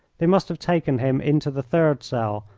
they must have taken him into the third cell,